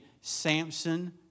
Samson